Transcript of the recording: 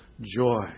joy